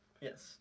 Yes